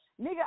Nigga